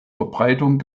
verbreitung